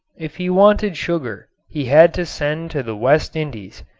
if he wanted sugar he had to send to the west indies.